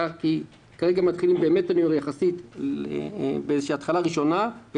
כי כרגע מתחילים באיזו התחלה ראשונה,